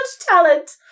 talent